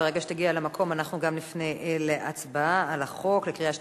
ברגע שתגיע למקום אנחנו נפנה להצבעה על החוק בקריאה שנייה,